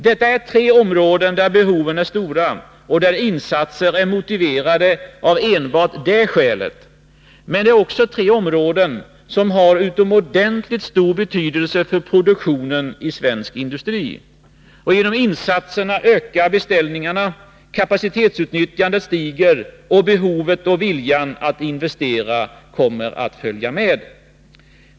Detta är tre områden där behoven är stora och där insatser är motiverade av enbart det skälet. Men det är också tre områden som har utomordentligt stor betydelse för produktionen i svensk industri. Genom insatserna ökar beställningarna, stiger kapacitetsutnyttjandet, och behovet och viljan att investera kommer att följa med.